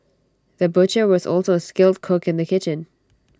the butcher was also A skilled cook in the kitchen